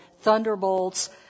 thunderbolts